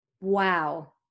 Wow